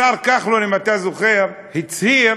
השר כחלון, אם אתה זוכר, הצהיר